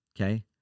Okay